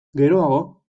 geroago